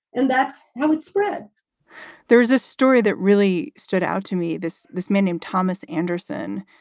and that's how it spread there is a story that really stood out to me. this this man named thomas anderson,